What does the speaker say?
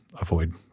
avoid